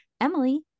Emily